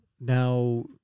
Now